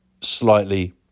slightly